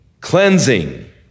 cleansing